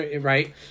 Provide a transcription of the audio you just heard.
right